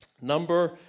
Number